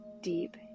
deep